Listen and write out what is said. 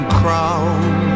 crown